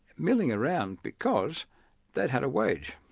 milling around because they'd had a wage,